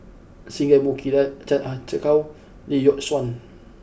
Singai Mukilan Chan Ah Kow Lee Yock Suan